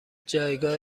جایگاه